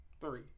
Three